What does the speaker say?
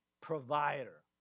Provider